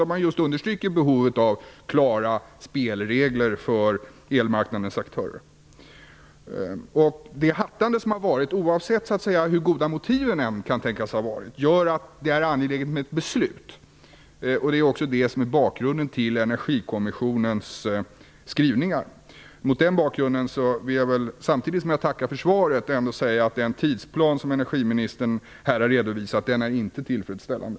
Där understryker man just behovet av klara spelregler för elmarknadens aktörer. Det hattande som har varit, oavsett hur goda motiven kan tänkas vara, gör att det är angeläget med ett beslut. Det är också det som är bakgrunden till Energikommissionens skrivningar. Mot den bakgrunden vill jag, samtidigt som jag tackar för svaret, ändå säga att den tidsplan som energiministern här har redovisat inte är tillfredsställande.